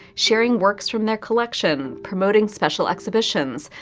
sharing works from their collection, promoting special exhibitions,